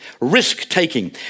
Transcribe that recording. risk-taking